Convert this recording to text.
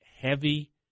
heavy